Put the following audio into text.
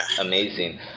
amazing